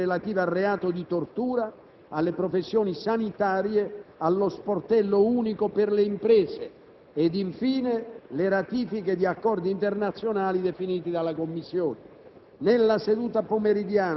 nonché i disegni di legge relativi al reato di tortura, alle professioni sanitarie, allo sportello unico per le imprese e infine le ratifiche di accordi internazionali definiti dalla Commissione.